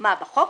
בחוק?